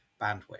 bandwidth